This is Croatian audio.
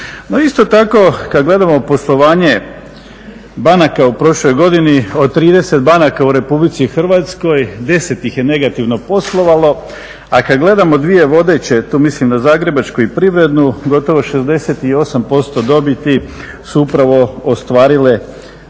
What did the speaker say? isto tako kada gledamo poslovanje banaka u prošloj godini od 30 banaka u Republici Hrvatskoj 10 ih je negativno poslovalo a kada gledamo dvije vodeće tu mislim na Zagrebačku i Privrednu gotovo 68% dobiti su upravo ostvarile